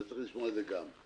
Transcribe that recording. אתה צריך לשמוע את זה גם,